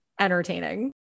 entertaining